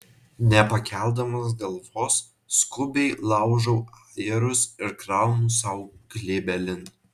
nepakeldamas galvos skubiai laužau ajerus ir kraunu sau glėbelin